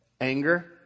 Anger